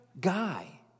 guy